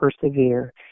persevere